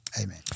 Amen